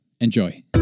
Enjoy